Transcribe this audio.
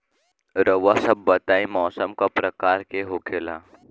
रउआ सभ बताई मौसम क प्रकार के होखेला?